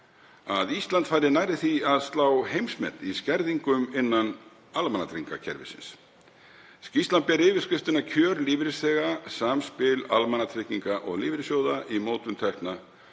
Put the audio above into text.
að Ísland fari nærri því að slá heimsmet í skerðingum innan almannatryggingakerfisins. Skýrslan ber yfirskriftina Kjör lífeyrisþega – Samspil almannatrygginga og lífeyrissjóða í mótun tekna